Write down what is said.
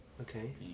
Okay